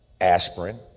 aspirin